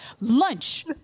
Lunch